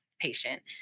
patient